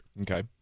Okay